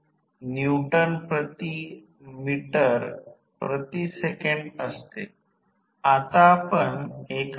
अशावेळी आम्ही याला ऑटोट्रान्सफॉर्मर असे म्हणतो